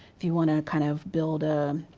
if you wanna kind of build